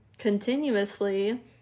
continuously